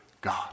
God